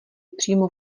přímo